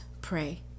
pray